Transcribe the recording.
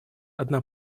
одна